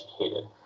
educated